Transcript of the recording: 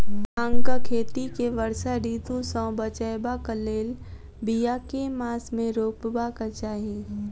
भांगक खेती केँ वर्षा ऋतु सऽ बचेबाक कऽ लेल, बिया केँ मास मे रोपबाक चाहि?